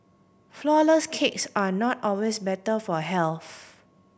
flourless cakes are not always better for health